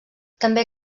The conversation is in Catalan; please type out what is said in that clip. també